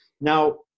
Now